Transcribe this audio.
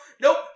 Nope